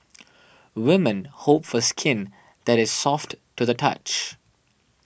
women hope for skin that is soft to the touch